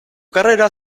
carrera